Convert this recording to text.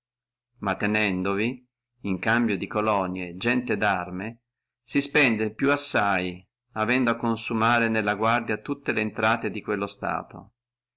ma tenendovi in cambio di colonie gente darme si spende più assai avendo a consumare nella guardia tutte le intrate di quello stato